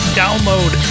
download